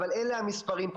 אבל אלה המספרים,